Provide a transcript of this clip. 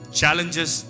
challenges